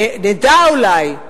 שנדע אולי,